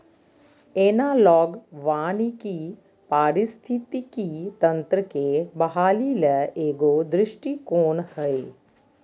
analogue वानिकी पारिस्थितिकी तंत्र के बहाली ले एगो दृष्टिकोण हइ